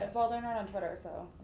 well they're not on twitter so